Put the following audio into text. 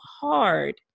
hard